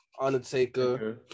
Undertaker